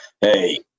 hey